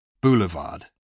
Boulevard